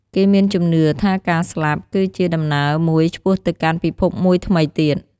គេមានជំនឿថាការស្លាប់ គឺជាដំណើរមួយឆ្ពោះទៅកាន់ពិភពមួយថ្មីទៀត។